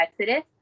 exodus